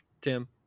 Tim